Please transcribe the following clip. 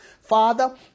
Father